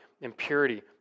impurity